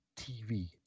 TV